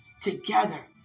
together